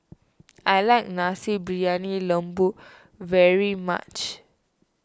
I like Nasi Briyani Lembu very much